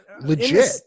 Legit